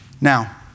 Now